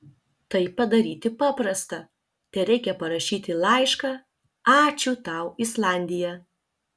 tai padaryti paprasta tereikia parašyti laišką ačiū tau islandija